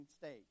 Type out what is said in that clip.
stage